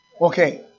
Okay